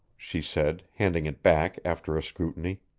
she said, handing it back after a scrutiny.